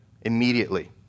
immediately